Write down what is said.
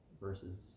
versus